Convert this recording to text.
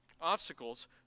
Obstacles